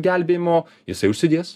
gelbėjimo jisai užsidės